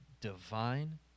divine